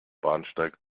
bahnsteig